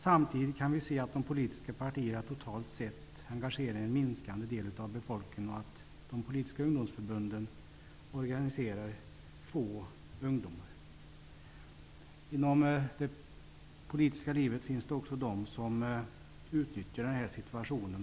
Samtidigt kan vi se att de politiska partierna totalt sett engagerar en allt mindre del av befolkningen och att de politiska ungdomsförbunden organiserar få ungdomar. Inom det politiska livet finns det också de som utnyttjar den här situationen.